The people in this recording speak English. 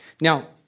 Now